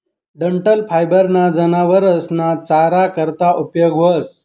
डंठल फायबर ना जनावरस ना चारा करता उपयोग व्हस